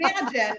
imagine